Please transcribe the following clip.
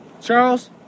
charles